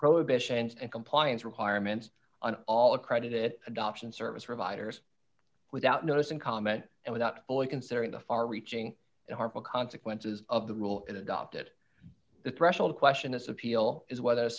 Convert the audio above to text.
prohibitions and compliance requirements on all accredited adoption service providers without notice and comment and without fully considering the far reaching harmful consequences of the rule adopted the threshold question as appeal is whether